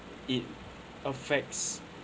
it affects